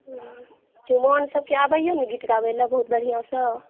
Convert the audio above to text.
चुमाओन सभके आबैया ने गीत गाबैला बहुत बढ़िऑंसँ